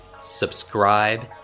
subscribe